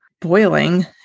Boiling